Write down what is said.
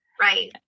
Right